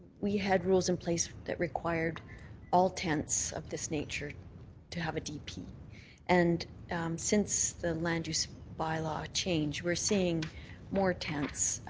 we had rules in place that required all tents of this nature to have a dp. and since the land use bylaw change, we're seeing more tents